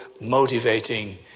motivating